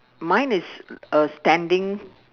mine is uh standing